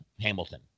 Hamilton